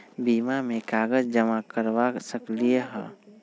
बीमा में कागज जमाकर करवा सकलीहल?